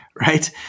Right